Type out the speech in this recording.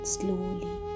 slowly